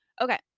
Okay